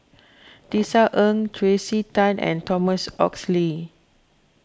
Tisa Ng Tracey Tan and Thomas Oxley